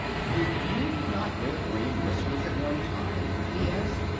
did you not wear green whiskers at one time? he asked.